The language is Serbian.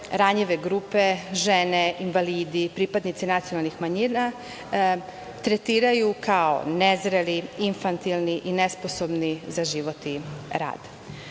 ranjive grupe, žene, invalidi, pripadnici nacionalnih manjina tretiraju kao nezreli, infantilni i nesposobni za život i